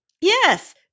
Yes